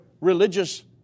religious